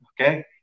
Okay